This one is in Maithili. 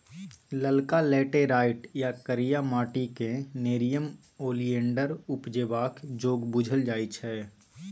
ललका लेटैराइट या करिया माटि क़ेँ नेरियम ओलिएंडर उपजेबाक जोग बुझल जाइ छै